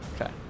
Okay